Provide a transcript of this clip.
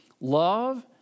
love